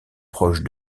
proche